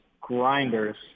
grinders